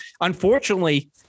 unfortunately